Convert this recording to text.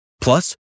Plus